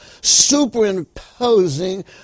superimposing